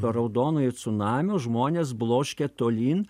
raudonojo cunamio žmones bloškė tolyn